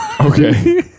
Okay